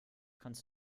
kannst